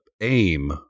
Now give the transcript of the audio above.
aim